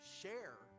share